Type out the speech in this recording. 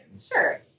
Sure